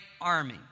army